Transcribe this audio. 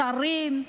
שרים,